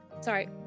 Sorry